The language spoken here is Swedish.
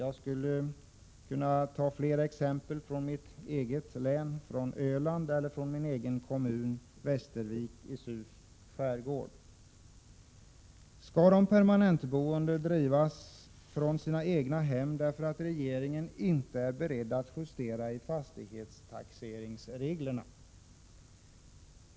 Jag skulle kunna ta flera exempel från mitt eget län, från Öland eller från min egen kommun Västervik i Tjusts skärgård. Skall de permanentboende drivas från sina egna hem, därför att regeringen inte är beredd att justera i fastighetstaxeringsreglerna?